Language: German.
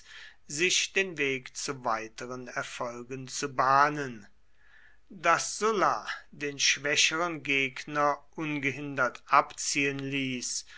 sich den weg zu weiteren erfolgen zu bahnen daß sulla den schwächeren gegner ungehindert abziehen ließ